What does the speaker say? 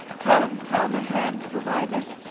come, come, a hand from either.